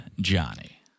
Johnny